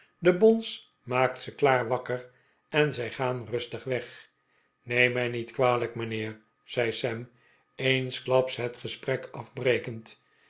de bons maakt ze klaar wakker en zij gaan rustig weg neem mij niet kwalijk mijnheer zei sam eensklaps het gesprek afbrekend